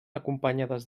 acompanyades